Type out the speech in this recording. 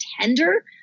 tender